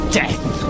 death